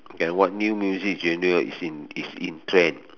and what new music genre is in is in trend